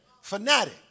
Fanatic